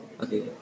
Okay